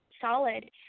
solid